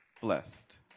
blessed